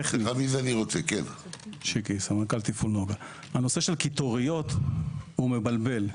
הנושא של קיטוריות מבלבל,